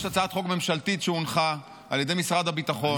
יש הצעת חוק ממשלתית שהונחה על ידי משרד הביטחון.